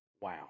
Wow